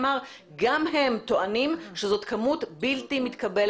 בחדרה יש שש יחידות ייצור